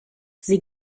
sie